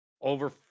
over